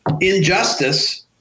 Injustice